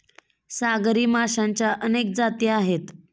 सागरी माशांच्या अनेक जाती आहेत